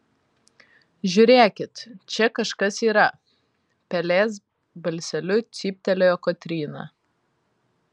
žiūrėkit čia kažkas yra pelės balseliu cyptelėjo kotryna